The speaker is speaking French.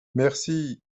merci